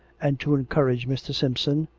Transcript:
and to encourage mr. simpson,